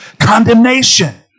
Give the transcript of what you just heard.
condemnation